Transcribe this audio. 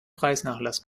preisnachlass